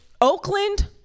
Oakland